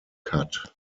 cut